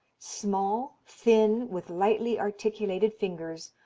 small, thin, with lightly articulated fingers,